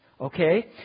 Okay